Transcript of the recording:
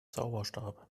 zauberstab